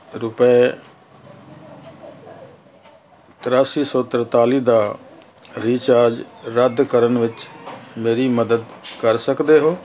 ਰੁਪਏ ਤਰਾਸੀ ਸੌ ਤਰਤਾਲੀ ਦਾ ਰੀਚਾਰਜ ਰੱਦ ਕਰਨ ਵਿੱਚ ਮੇਰੀ ਮਦਦ ਕਰ ਸਕਦੇ ਹੋ